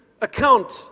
account